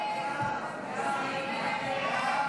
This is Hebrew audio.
סעיף 10,